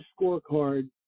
scorecard